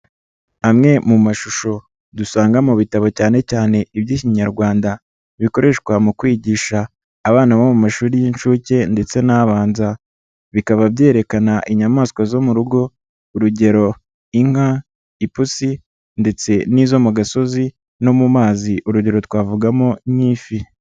Amwe mu mashusho dusanga mu bitabo cyane cyane iby'Ikinyarwanda, bikoreshwa mu kwigisha abana bo mu mashuri y'inshuke ndetse n'abanza, bikaba byerekana inyamaswa zo mu rugo urugero inka, ipusi ndetse n'izo mu gasozi no mu mazi urugero twavugamo nk'ifi.